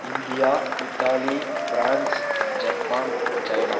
India Italy France Japan China